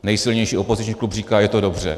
Nejsilnější opoziční klub říká, že je to dobře.